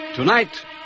Tonight